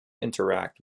interact